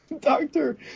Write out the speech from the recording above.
Doctor